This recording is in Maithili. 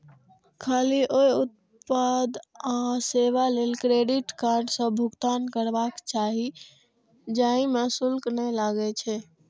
खाली ओइ उत्पाद आ सेवा लेल क्रेडिट कार्ड सं भुगतान करबाक चाही, जाहि मे शुल्क नै लागै छै